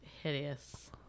Hideous